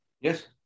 Yes